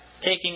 taking